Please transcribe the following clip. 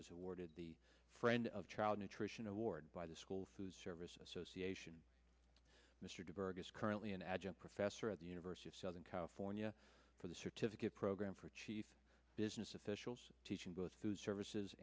was awarded the friend of child nutrition award by the school whose service association mr diverge is currently an adjunct professor at the university of southern california for the certificate program for chief business officials teaching both services